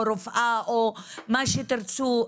רופאה או מה שתרצו,